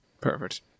Perfect